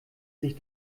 sich